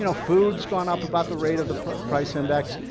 you know food's gone up about the rate of the price price index,